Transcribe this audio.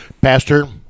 Pastor